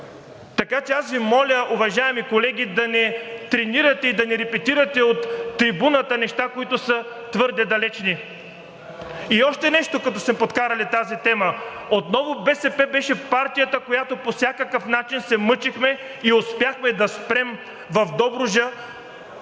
Така че аз Ви моля, уважаеми колеги, да не тренирате и да не репетирате от трибуната неща, които са твърде далечни. И още нещо, като сме подкарали тази тема. Отново БСП беше партията, в която по всякакъв начин се мъчихме и успяхме да спрем в Добруджа